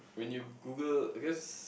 when you Google because